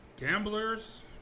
gamblers